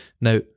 Now